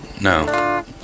No